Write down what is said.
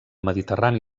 mediterrani